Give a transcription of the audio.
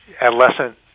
adolescent